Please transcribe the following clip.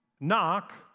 Knock